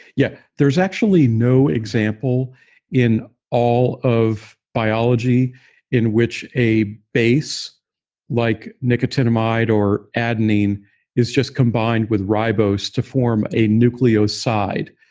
yeah there's actually no example in all of biology in which a base like nicotinamide or adenine is just combined with ribose to form a nucleoside.